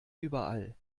überall